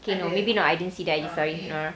okay no maybe not I didn't see the I_G story